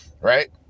Right